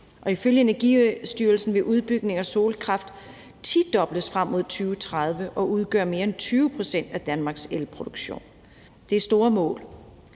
Og ifølge Energistyrelsen vil udbygningen af solkraft tidobles frem mod 2030 og udgøre mere end 20 pct. af Danmarks elproduktion. Det er store mål.